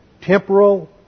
temporal